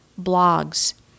blogs